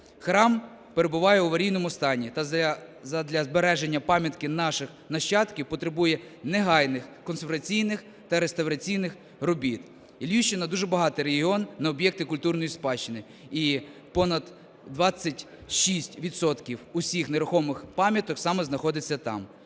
Храм перебуває в аварійному стані та задля збереження пам'ятки наших нащадків потребує негайних консерваційних та реставраційних робіт. Львівщина – дуже багатий регіон на об'єкти культурної спадщини, і понад 26 відсотків усіх нерухомих пам'яток саме знаходиться там.